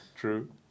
True